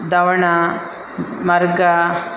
ದವನ ಮರುಗ